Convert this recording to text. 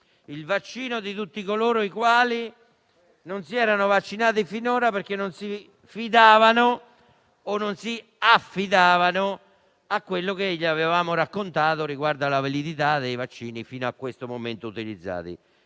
il vaccino di tutti i coloro i quali non si erano vaccinati finora perché non si fidavano o non si affidavano a quello che gli avevamo raccontato riguardo alla validità dei vaccini fino a questo momento utilizzati.